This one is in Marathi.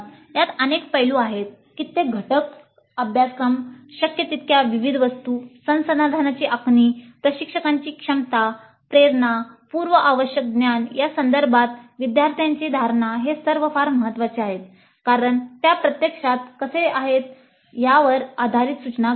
यात अनेक पैलू आहेत कित्येक घटक अभ्यासक्रम शक्य तितक्या विविध वस्तू संसाधनांची आखणी प्रशिक्षकांची क्षमता प्रेरणा पूर्व आवश्यक ज्ञान या संदर्भात विद्यार्थ्यांची धारणा हे सर्व फार महत्वाचे आहेत कारण त्या प्रत्यक्षात कसे आहेत यावर आधारित सूचना घडते